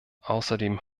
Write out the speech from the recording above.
außerdem